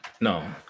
no